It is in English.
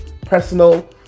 Personal